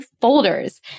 folders